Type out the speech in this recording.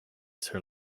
sir